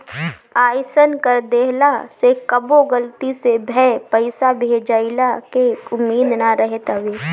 अइसन कर देहला से कबो गलती से भे पईसा भेजइला के उम्मीद ना रहत हवे